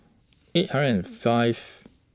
eight hundred and five